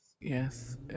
yes